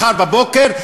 מחר בבוקר,